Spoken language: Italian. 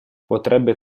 potrebbe